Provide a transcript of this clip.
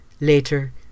later